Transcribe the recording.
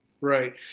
Right